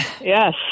Yes